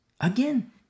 Again